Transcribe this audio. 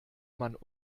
man